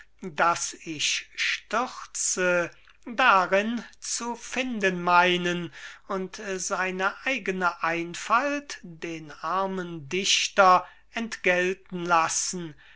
das ich stürze darin zu finden meynen und seine eigene einfalt den armen dichter entgelten lassen